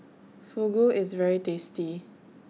Fugu IS very tasty